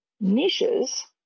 Niches